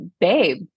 babe